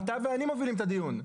אתה ואני מובילים את הדיון.